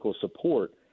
support